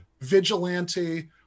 vigilante